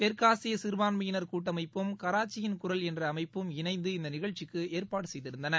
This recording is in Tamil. தெற்காசியசிறபான்மையினர் கூட்டமைப்பும் கராச்சியின் குரல் என்றஅமைப்பும் இணைந்து இந்தநிகழ்ச்சிக்குஏற்பாடுசெய்திருந்தன